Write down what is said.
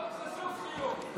חשוב שיהיו עובדות.